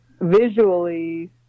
visually